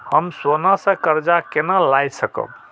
हम सोना से कर्जा केना लाय सकब?